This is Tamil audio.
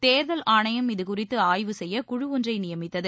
தேர்தல் ஆணையம் இதுகுறித்து ஆய்வு செய்ய குழு ஒன்றை நியமித்தது